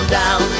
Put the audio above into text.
down